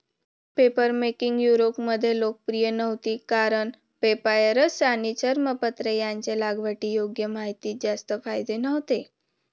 papermaking युरोपमध्ये लोकप्रिय नव्हती कारण पेपायरस आणि चर्मपत्र यांचे लागवडीयोग्य मातीत जास्त फायदे नव्हते